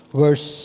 verse